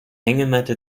hängematte